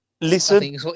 Listen